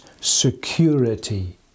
security